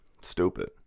Stupid